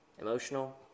emotional